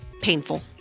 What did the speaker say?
painful